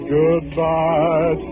goodbye